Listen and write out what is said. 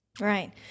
Right